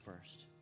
first